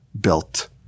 built